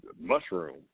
mushroom